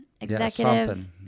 executive